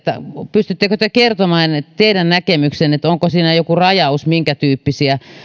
pystyttekö te kertomaan teidän näkemyksenne että onko siinä joku rajaus minkätyyppisiä